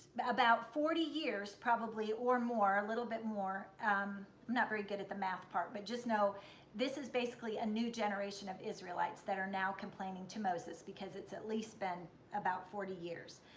about forty years probably or more, a little bit more i'm not very good at the math part but just know this is basically a new generation of israelites that are now complaining to moses because it's at least been about forty years.